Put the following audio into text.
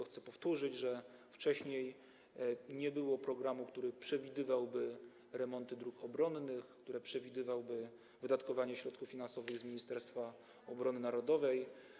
Chcę powtórzyć, że wcześniej nie było programu, który przewidywałby remonty dróg obronnych, który przewidywałby wydatkowanie środków finansowych z Ministerstwa Obrony Narodowej.